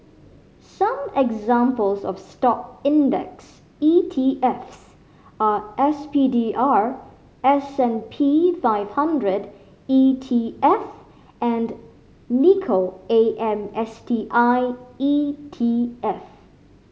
some examples of Stock index E T Fs are S P D R S and P five hundred E T F and Nikko A M S T I E T F